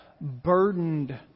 burdened